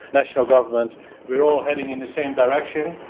national government we're all heading in the same direction.